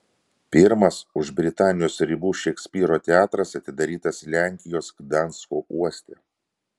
pirmas už britanijos ribų šekspyro teatras atidarytas lenkijos gdansko uoste